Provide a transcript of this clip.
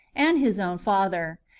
and his own father,